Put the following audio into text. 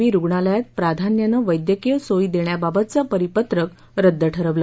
बी रुग्णालयात प्राधान्यानं वैद्यकीय सोयी देण्याबाबतचं परिपत्रक रद्द ठरवलं